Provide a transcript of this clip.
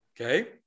Okay